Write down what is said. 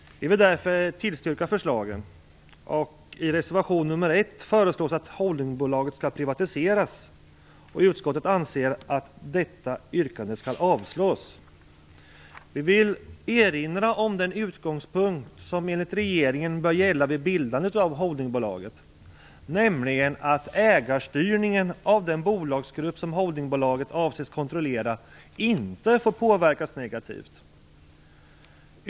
Vi vill därför tillstyrka förslagen. I reservation nr 1 föreslås att holdingbolaget skall privatiseras. Utskottet anser att detta yrkande skall avslås. Vi vill erinra om den utgångspunkt som enligt regeringen borde gälla vid bildandet av holdingbolaget, nämligen att ägarstyrningen av den bolagsgrupp som holdingbolaget avsågs kontrollera inte fick påverkas negativt.